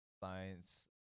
science